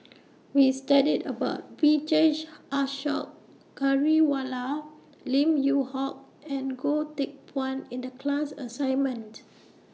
We studied about Vijesh Ashok Ghariwala Lim Yew Hock and Goh Teck Phuan in The class assignments